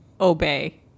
Obey